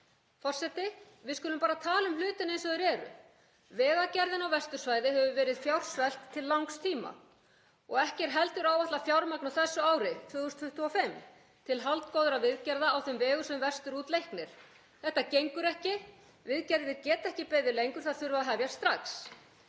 Forseti. Við skulum bara tala um hlutina eins og þeir eru. Vegagerðin á vestursvæði hefur verið fjársvelt til langs tíma og ekki er heldur áætlað fjármagn á þessu ári, 2025, til haldgóðra viðgerða á þeim vegum sem verst eru leiknir. Þetta gengur ekki. Viðgerðir geta ekki beðið lengur, þær þurfa að hefjast strax.